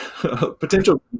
potential